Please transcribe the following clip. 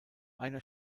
einer